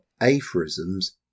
aphorisms